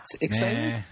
excited